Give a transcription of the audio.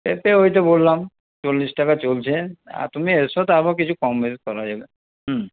পেঁপে ওই তো বললাম চল্লিশ টাকা চলছে তুমি এসো তারপর কিছু কম বেশি করা যাবে হুম